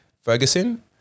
Ferguson